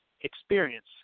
experience